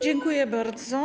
Dziękuję bardzo.